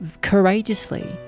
courageously